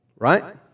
right